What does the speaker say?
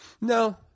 no